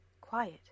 quiet